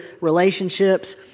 relationships